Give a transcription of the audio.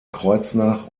kreuznach